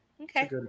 Okay